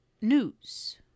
news